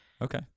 okay